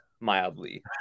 mildly